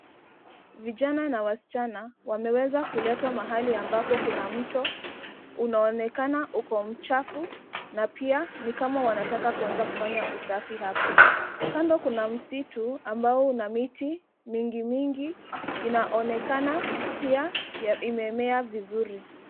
Vijana na wasichana wameweza kuletwa mahali ambapo kuna mto. Unaonekana uko mchafu na pia ni kama wanataka kuanza kufanya usafi hapo. Kando kuna msitu ambapo una miti mingi mingi inaonekana pia imemea vizuri.